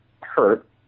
hurt